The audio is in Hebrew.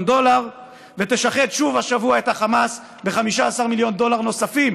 דולר ותשחד שוב השבוע את החמאס ב-15 מיליון דולר נוספים,